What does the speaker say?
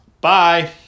Bye